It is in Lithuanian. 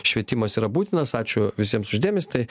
švietimas yra būtinas ačiū visiems už dėmesį tai